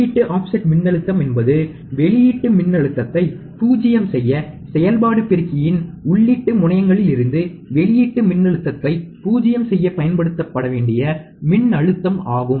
உள்ளீட்டு ஆஃப்செட் மின்னழுத்தம் என்பது வெளியீட்டு மின்னழுத்தத்தை 0 செய்ய செயல்பாடு பெறுக்கியின் உள்ளீட்டு முனையங்களிலிருந்து வெளியீட்டு மின்னழுத்தத்தை பூஜ்யம் செய்ய பயன்படுத்தப்பட வேண்டிய மின்னழுத்தம் ஆகும்